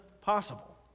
possible